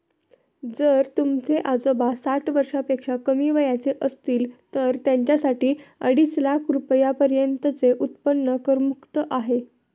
जर तुमचे आजोबा साठ वर्षापेक्षा कमी वयाचे असतील तर त्यांच्यासाठी अडीच लाख रुपयांपर्यंतचे उत्पन्न करमुक्त आहे